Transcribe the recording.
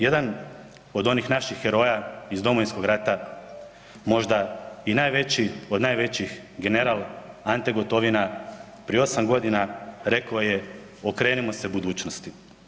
Jedan od onih naših heroja iz Domovinskog rata, možda i najveći od najvećih general Ante Gotovina, prije osam godina rekao je okrenimo se budućnosti.